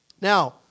Now